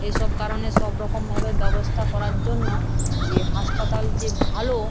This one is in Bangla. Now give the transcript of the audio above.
এ সব কারণে সব রকমভাবে ব্যবস্থা করার জন্য যে হাসপাতাল যে ভালো